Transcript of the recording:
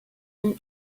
and